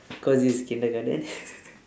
because this is kindergarten